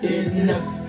enough